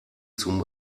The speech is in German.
zum